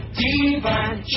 divine